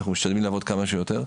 אנחנו משתדלים לעבוד כמה שיותר.